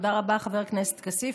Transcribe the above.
תודה רבה, חבר הכנסת כסיף.